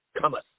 cometh